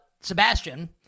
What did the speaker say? Sebastian